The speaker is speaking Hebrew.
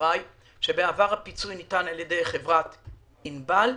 דבריי שבעבר הפיצוי ניתן על-ידי חברת "ענבל".